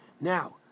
Now